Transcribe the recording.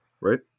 right